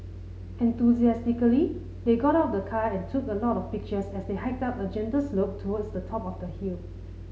enthusiastically they got out of the car and took a lot of pictures as they hiked up a gentle slope towards the top of the hill